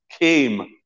came